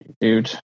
dude